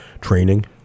training